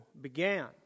began